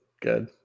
Good